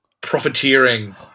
profiteering –